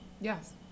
Yes